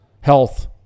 health